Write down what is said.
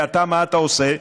ואתה, מה אתה עושה?